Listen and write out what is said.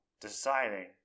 deciding